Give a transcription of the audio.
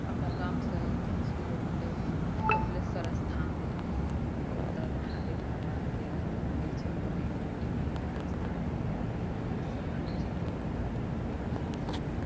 हमरा गामसँ किछु किलोमीटर दूर कपलेश्वर स्थान अइ ओतऽ महादेव बाबाके मंदिर छनि कपिल मुनि द्वारा स्थापित कएल गेल कपलेश्वर दानी छथिन ओतऽ महादेव शिवलिंग